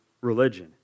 religion